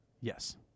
Yes